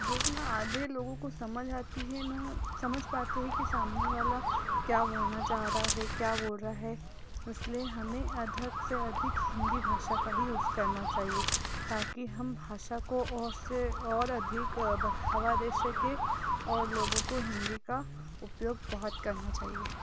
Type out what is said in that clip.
जो कि न आधे लोगों को समझ आती है न समझ पाते हैं कि सामने वाला क्या बोलना चाह रहा है क्या बोल रहा है इसलिए हमें अधिक से अधिक हिन्दी भाषा का ही यूज़ करना चाहिए ताकि हम भाषा को और से और अधिक बढ़ावा दे सके और लोगों को हिन्दी का उपयोग बहुत करना चाहिए